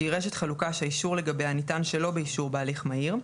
שהיא רשת חלוקה שהאישור לגביה ניתן שלא באישור בהליך מהיר,